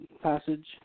passage